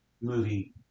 movie